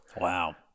Wow